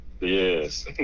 Yes